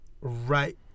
right